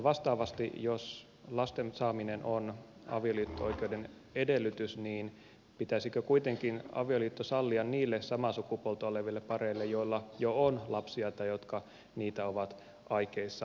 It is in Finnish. vastaavasti jos lasten saaminen on avioliitto oikeuden edellytys niin pitäisikö kuitenkin avioliitto sallia niille samaa sukupuolta oleville pareille joilla jo on lapsia tai jotka niitä ovat aikeissa tavoitella